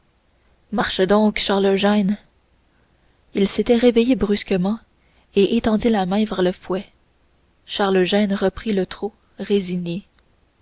marche donc charles eugène il s'était réveillé brusquement et étendit la main vers le fouet charles eugène reprit le trot résigné